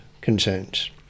concerns